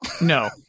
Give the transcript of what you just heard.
No